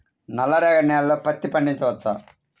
నల్ల రేగడి నేలలో పత్తి పండించవచ్చా?